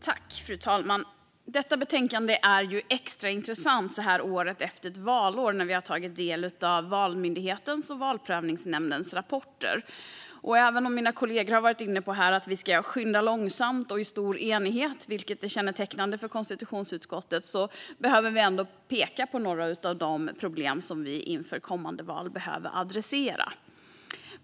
Fru talman! Detta betänkande är extra intressant när vi så här året efter ett valår har tagit del av Valmyndighetens och Valprövningsnämndens rapporter. Även om mina kollegor har varit inne på att vi ska skynda långsamt och i stor enighet, vilket kännetecknar konstitutionsutskottet, vill jag ändå peka på några av de problem som behöver adresseras inför kommande val.